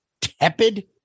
tepid